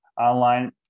online